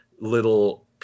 little